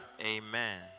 Amen